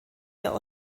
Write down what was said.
der